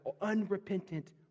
unrepentant